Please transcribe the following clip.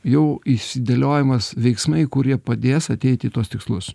jau išsideliojimas veiksmai kurie padės ateit į tuos tikslus